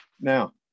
Now